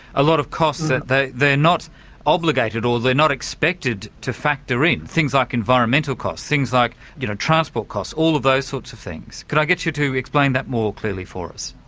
a lot of costs that that they're not obligated or they're not expected to factor in. things like environmental cost, things like you know transport costs, all of those sorts of things. can i get you to explain that more clearly for us?